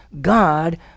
God